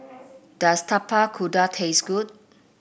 does Tapak Kuda taste good